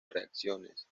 reacciones